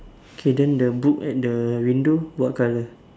okay then the book at the window what colour